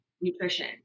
nutrition